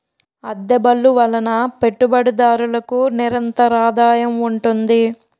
అద్దె బళ్ళు వలన పెట్టుబడిదారులకు నిరంతరాదాయం ఉంటుంది